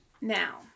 Now